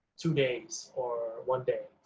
two days, or one day,